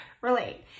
relate